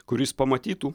kuris pamatytų